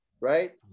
right